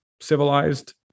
civilized